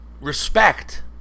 respect